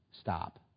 stop